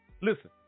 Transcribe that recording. Listen